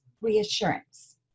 reassurance